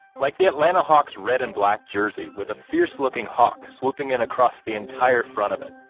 like the atlanta hawks red and black jersey with a fierce-looking hawk swooping in across the entire front of it,